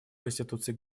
конституции